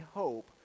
hope